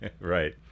right